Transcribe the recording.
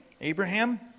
Abraham